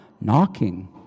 knocking